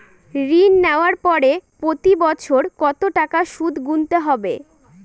ঋণ নেওয়ার পরে প্রতি বছর কত টাকা সুদ গুনতে হবে?